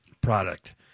product